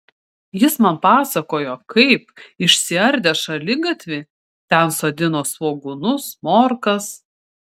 jis man pasakojo kaip išsiardę šaligatvį ten sodino svogūnus morkas